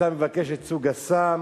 אתה מבקש את סוג הסם.